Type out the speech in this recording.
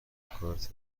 کارت